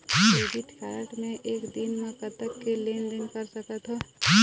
Credit card मे एक दिन म कतक के लेन देन कर सकत हो?